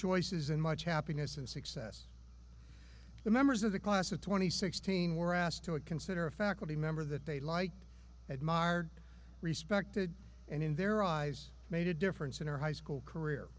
choices and much happiness and success the members of the class of two thousand and sixteen were asked to a consider a faculty member that they liked admired respected and in their eyes made a difference in her high school career